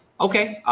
okay,